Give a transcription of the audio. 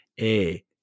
a-